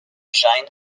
giant